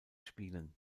spielen